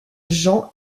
jean